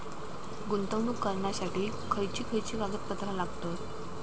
गुंतवणूक करण्यासाठी खयची खयची कागदपत्रा लागतात?